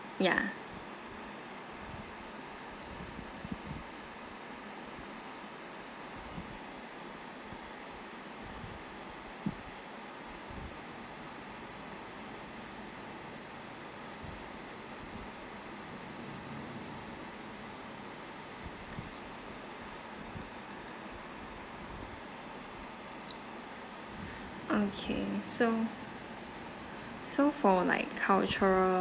ya okay so so for like cultural